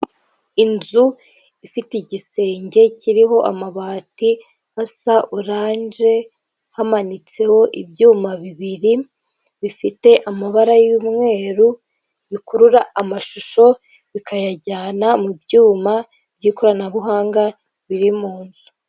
Inzu ifite igisenge kiriho amabati asa oranje, hamanitseho ibyuma bibiri bifite amabara y'umweru, bikurura amashusho bikayajyana mu byuma by'ikoranabuhanga biri mu nzu.